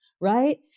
Right